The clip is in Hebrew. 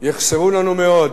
יחסרו לנו מאוד